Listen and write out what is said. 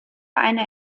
einer